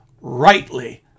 rightly